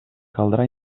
caldrà